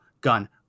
gun